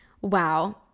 wow